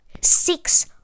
Six